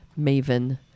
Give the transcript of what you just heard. maven